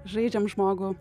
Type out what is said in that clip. žaidžiam žmogų